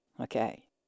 Okay